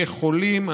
כחולים,